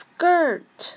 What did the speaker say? Skirt